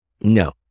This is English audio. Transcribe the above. No